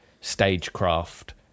stagecraft